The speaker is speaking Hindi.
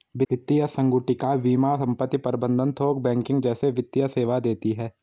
वित्तीय संगुटिका बीमा संपत्ति प्रबंध थोक बैंकिंग जैसे वित्तीय सेवा देती हैं